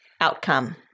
outcome